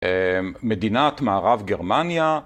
‫מדינת מערב גרמניה.